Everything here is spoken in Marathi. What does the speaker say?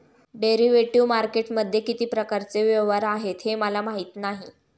डेरिव्हेटिव्ह मार्केटमध्ये किती प्रकारचे व्यवहार आहेत हे मला माहीत नाही